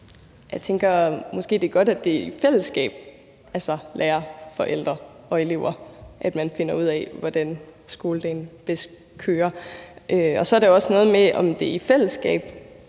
Jeg tænker, at det måske er godt, at det er i et fællesskab mellem lærere, elever og forældre, at man finder ud af, hvordan skoledagen bedst kører. Så er det også noget med, om det er i fællesskab